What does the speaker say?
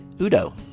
Udo